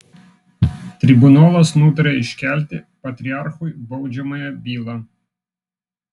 tribunolas nutaria iškelti patriarchui baudžiamąją bylą